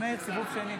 לסיבוב שני